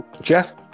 Jeff